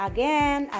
Again